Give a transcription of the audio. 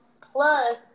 Plus